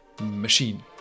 machine